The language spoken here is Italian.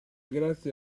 grazie